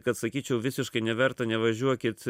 kad sakyčiau visiškai neverta nevažiuokit